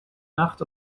nacht